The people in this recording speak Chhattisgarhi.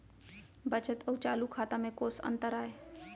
बचत अऊ चालू खाता में कोस अंतर आय?